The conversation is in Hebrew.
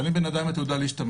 אבל אם אדם לא יודע להשתמש,